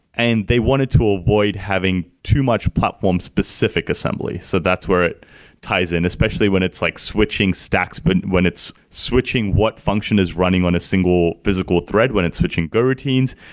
and they wanted to avoid having too much platform-specific assembly. so that's where it ties in, especially when it's like switching stacks, but when it's switching what function is running on a single physical thread when it's switching go routines.